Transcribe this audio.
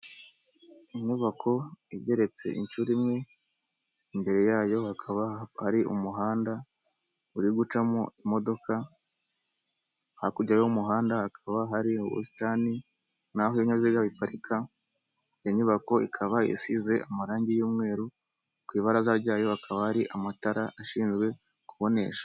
Inyubako igeretse inshuro imwe imbere yayo hakaba ari umuhanda uri gucamo imodoka, hakurya y'umuhanda hakaba hari ubusitani n'aho ibyabiziga biparika, iyo nyubako ikaba yasize amarangi y'umweru, ku ibaraza ryayo hakaba hari amatara ashinzwe kubonesha.